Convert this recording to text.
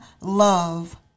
love